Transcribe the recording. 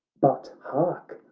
but hark!